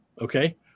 okay